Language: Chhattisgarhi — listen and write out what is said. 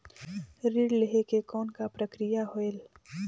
ऋण लहे के कौन का प्रक्रिया होयल?